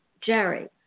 Jerry